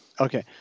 Okay